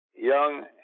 young